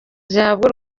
zihabwa